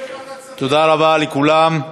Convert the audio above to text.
תודה רבה לכולם.